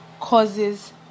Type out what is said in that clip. causes